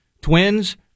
Twins